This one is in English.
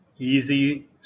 easy